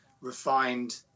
refined